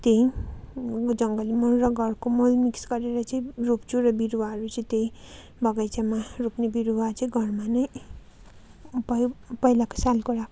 त्यही जङ्गली मल र घरको मल मिक्स गरेर चाहिँ रोप्छु र बिरुवाहरू चाहिँ त्यही बगैँचामा रोप्ने बिरुवा चाहिँ घरमा नै पहि पहिलाको सालको